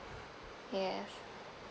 yes